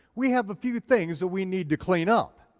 we have a few things that we need to clean up.